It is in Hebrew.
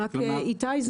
איתי,